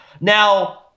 Now –